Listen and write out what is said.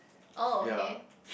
oh okay